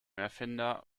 erfinder